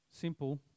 Simple